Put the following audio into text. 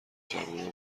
جوونا